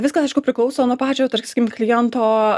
viskas aišku priklauso nuo pačio tarskim kliento